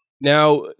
Now